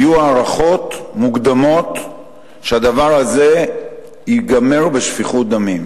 היו הערכות מוקדמות שהדבר הזה ייגמר בשפיכות דמים,